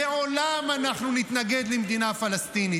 לעולם אנחנו נתנגד למדינה פלסטינית.